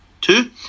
Two